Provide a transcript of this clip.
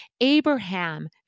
Abraham